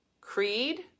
creed